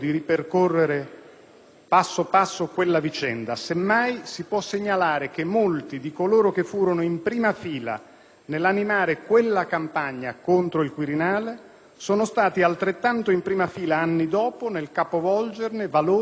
dopo passo quella vicenda; semmai si può segnalare che molti di coloro che furono in prima fila nell'animare quella campagna contro il Quirinale, anni dopo sono stati altrettanto in prima fila nel capovolgerne valori e significati.